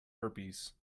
herpes